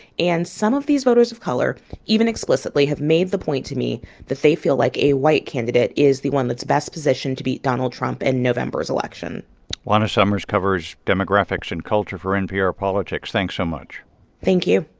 and some of these voters of color even explicitly have made the point to me that they feel like a white candidate is the one that's best positioned to beat donald trump in and november's election juana summers covers demographics and culture for npr politics. thanks so much thank you